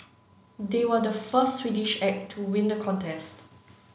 they were the first Swedish act to win the contest